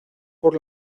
por